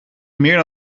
meer